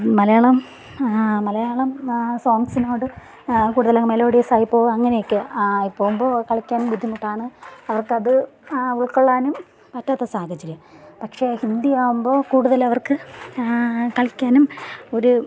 മലയാളം മലയാളം സോങ്സിനോട് കൂടുതൽ മെലോഡിയസ്സ് ആയിപ്പോവുക അങ്ങനെയെക്കെയാ പോവുമ്പോൾ കളിക്കാനും ബിദ്ധിമുട്ടാണ് അവർക്കത് ഉൾക്കൊള്ളാനും പറ്റാത്ത സാഹചര്യം പക്ഷെ ഹിന്ദിയാകുമ്പോൾ കൂടുതൽ അവർക്ക് കളിക്കാനും ഒരു